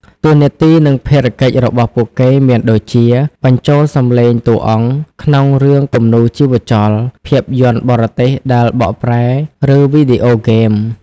តួនាទី និងភារកិច្ចរបស់ពួកគេមានដូចជា បញ្ចូលសំឡេងតួអង្គ ក្នុងរឿងគំនូរជីវចល ភាពយន្តបរទេសដែលបកប្រែ ឬវីដេអូហ្គេម។